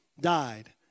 died